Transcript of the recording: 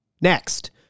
next